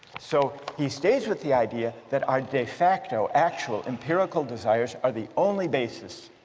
so he stays with the idea that our de facto actual empirical desires are the only basis